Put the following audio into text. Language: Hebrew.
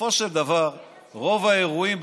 בסופו של דבר רוב האירועים,